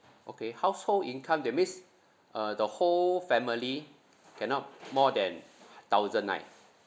okay household income that means uh the whole family cannot more than thousand nine